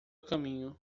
caminho